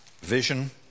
vision